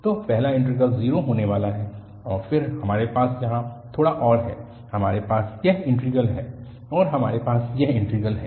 तो पहला इंटीग्रल 0 होने वाला है और फिर हमारे पास यहाँ थोड़ा और है हमारे पास यह इंटीग्रल है और हमारे पास यह इंटीग्रल है